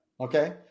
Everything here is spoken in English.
Okay